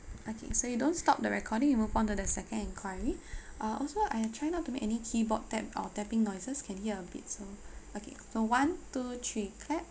okay so you don't stop the recording we move on to the second enquiry uh also uh try not to make any keyboard tap or tapping noises can hear a bit so okay so one two three clap